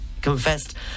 confessed